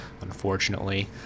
unfortunately